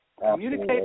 Communicate